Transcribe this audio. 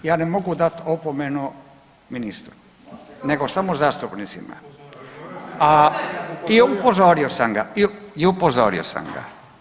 Ja ne mogu dati opomenu ministru, nego samo zastupnicima. ... [[Upadica se ne čuje.]] A, i upozorio sam ga i upozorio sam ga.